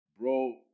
bro